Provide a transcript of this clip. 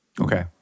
Okay